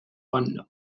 panna